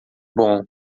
bom